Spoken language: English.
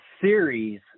series